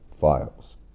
files